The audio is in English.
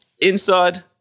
inside